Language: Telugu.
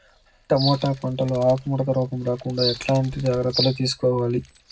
టమోటా పంట లో ఆకు ముడత రోగం రాకుండా ఎట్లాంటి జాగ్రత్తలు తీసుకోవాలి?